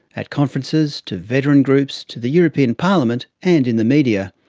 at conferences, to veteran groups, to the european parliament, and in the media.